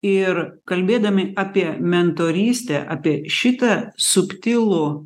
ir kalbėdami apie mentorystę apie šitą subtilų